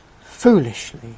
foolishly